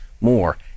more